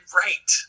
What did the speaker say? right